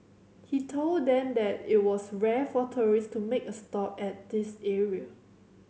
he told them that it was rare for tourist to make a stop at this area